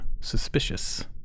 suspicious